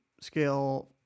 scale